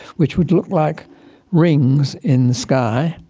which would look like rings in the sky,